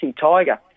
Tiger